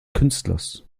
künstlers